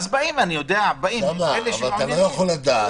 אז באים אלה שמעוניינים.